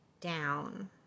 down